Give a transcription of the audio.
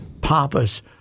pompous